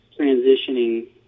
transitioning